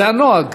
זה הנוהג.